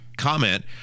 Comment